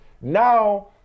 Now